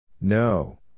No